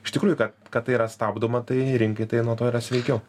iš tikrųjų kad kad tai yra stabdoma tai rinkai tai nuo to yra sveikiau